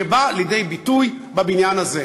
שבא לידי ביטוי בבניין הזה.